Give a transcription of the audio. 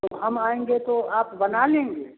तो हम आएँगे तो आप बना लेंगे